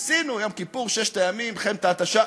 ניסינו, יום כיפור, ששת הימים, מלחמת ההתשה,